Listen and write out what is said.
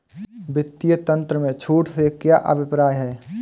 वित्तीय तंत्र में छूट से क्या अभिप्राय है?